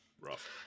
Rough